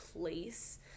place